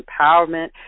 Empowerment